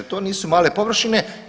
To nisu male površine.